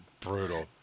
brutal